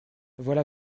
voilà